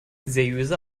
seriöse